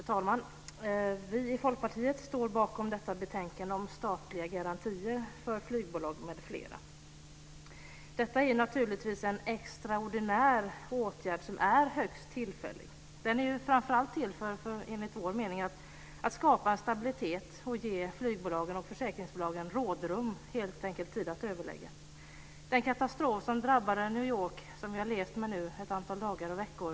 Fru talman! Vi i Folkpartiet står bakom detta betänkande om statliga garantier för flygbolag m.fl. Detta är naturligtvis en extraordinär åtgärd, som är högst tillfällig. Den är framför allt till för, enligt vår mening, att skapa en stabilitet och ge flygbolagen och försäkringsbolagen rådrum - helt enkelt tid att överlägga. Den katastrof som drabbade New York har vi nu levt med ett antal dagar och veckor.